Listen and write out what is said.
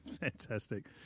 fantastic